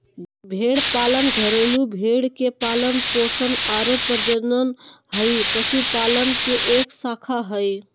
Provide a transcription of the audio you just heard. भेड़ पालन घरेलू भेड़ के पालन पोषण आरो प्रजनन हई, पशुपालन के एक शाखा हई